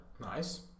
nice